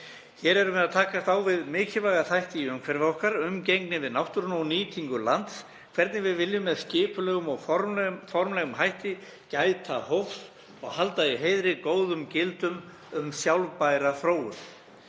Hér erum við að takast á við mikilvæga þætti í umhverfi okkar, umgengni við náttúruna og nýtingu lands, hvernig við viljum með skipulegum og formlegum hætti gæta hófs og halda í heiðri góðum gildum um sjálfbæra þróun.